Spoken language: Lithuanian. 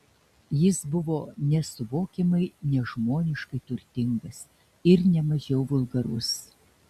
jis buvo nesuvokiamai nežmoniškai turtingas ir ne mažiau vulgarus